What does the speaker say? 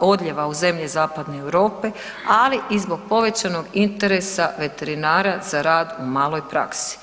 odljeva u zemlje zapadne Europe, ali i zbog povećanog interesa veterinara za rad u maloj praksi.